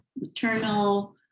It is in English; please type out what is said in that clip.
maternal